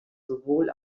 sowohl